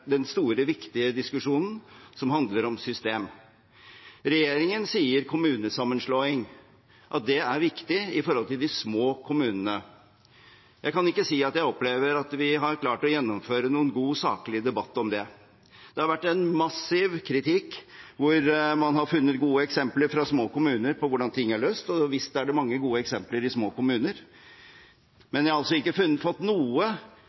viktige diskusjonen, som handler om system. Regjeringen sier at kommunesammenslåing er viktig for de små kommunene. Jeg kan ikke si at jeg opplever at vi har klart å gjennomføre noen god, saklig debatt om det. Det har vært massiv kritikk, og man har funnet gode eksempler fra små kommuner på hvordan ting er løst. Visst er det mange gode eksempler i små kommuner, men jeg har ikke fått noe